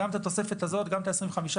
גם את התוספת הזו וגם את ה-25%,